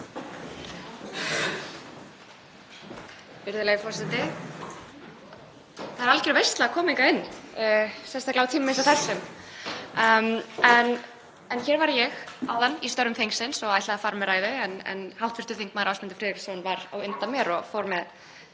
Það er algjör veisla að koma hingað inn, sérstaklega á tímum eins og þessum. Hér var ég áðan í störfum þingsins og ætlaði að fara með ræðu en hv. þm. Ásmundur Friðriksson var á undan mér og fór með